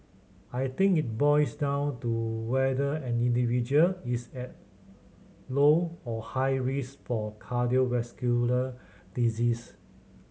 I think it boils down to whether an individual is at low or high risk for cardiovascular disease